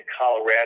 Colorado